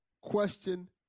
question